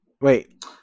Wait